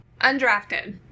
Undrafted